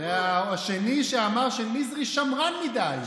והשני שאמר שנזרי שמרן מדי.